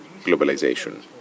globalization